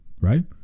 Right